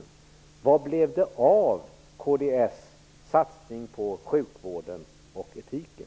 Vad blev det av kds satsning på sjukvården och etiken?